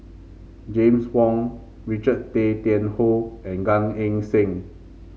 James Wong Richard Tay Tian Hoe and Gan Eng Seng